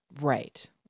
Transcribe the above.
Right